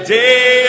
day